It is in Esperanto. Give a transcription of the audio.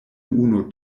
unu